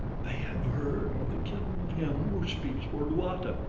they have heard of the killing of him who speaks for luata,